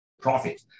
profit